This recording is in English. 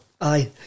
Aye